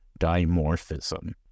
dimorphism